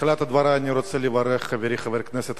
בתחילת דברי אני רוצה לברך את חברי חבר הכנסת